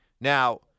Now